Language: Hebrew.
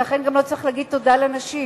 ולכן גם לא צריך להגיד תודה לנשים.